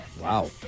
Wow